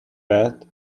bed